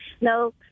no